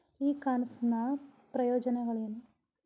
E commerce ನ ಪ್ರಯೋಜನಗಳೇನು?